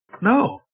No